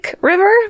river